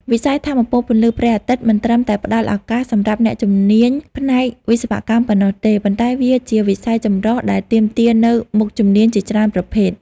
វិស័យថាមពលពន្លឺព្រះអាទិត្យមិនត្រឹមតែផ្តល់ឱកាសសម្រាប់អ្នកជំនាញផ្នែកវិស្វកម្មប៉ុណ្ណោះទេ ប៉ុន្តែវាជាវិស័យចម្រុះដែលទាមទារនូវមុខជំនាញជាច្រើនប្រភេទ។